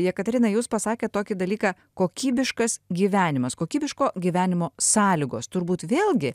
jekaterina jūs pasakėt tokį dalyką kokybiškas gyvenimas kokybiško gyvenimo sąlygos turbūt vėlgi